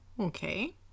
Okay